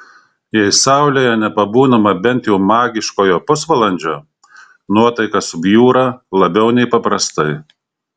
jei saulėje nepabūnama bent jau magiškojo pusvalandžio nuotaika subjūra labiau nei paprastai